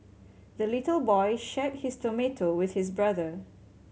the little boy shared his tomato with his brother